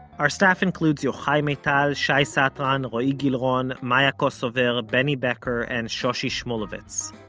our staff includes yochai maital, shai satran, roee gilron, maya kosover, benny becker and shoshi shmuluvitz.